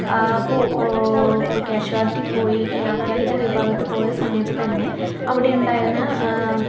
അപ്പോൾ കാഷ്വാലിറ്റി പോയി അത്യാഹിത വിഭാഗത്തിൽ പോയ സമയത്ത് തന്നെ അവിടെയുണ്ടായിരുന്ന